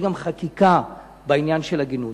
יש גם חקיקה בעניין של עגינות.